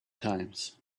times